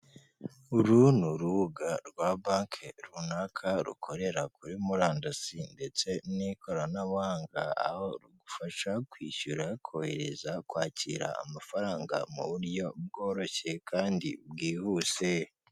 Uru ni urubuga rwa banki runaka rukorera kuri murandasi ndetse n'ikoranabuhanga, aho rugufasha kwishyura, kohereza, kwakira amafaranga mu buryo bworoshye kandi bwihuse.